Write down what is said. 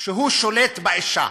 שהוא שולט באישה.